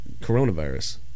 coronavirus